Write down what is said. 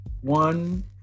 one